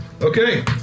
Okay